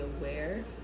aware